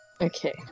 Okay